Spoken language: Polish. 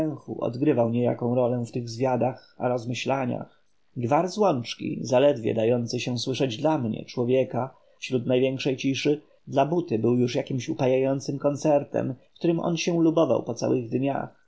odgrywał niejaką rolę w tych zwiadach a rozmyślaniach gwar z łączki zaledwie dający się słyszeć dla mnie człowieka wśród największej ciszy dla buty był już jakimś upajającym koncertem którym on się lubował po całych dniach